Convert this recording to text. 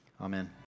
Amen